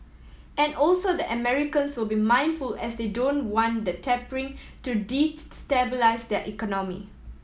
and also the Americans will be mindful as they don't want the tapering to destabilise their economy